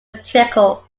trickle